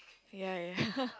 ya ya